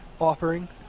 offering